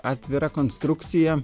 atvira konstrukcija